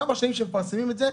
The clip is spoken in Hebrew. כמה שנים שמפרסמים את זה,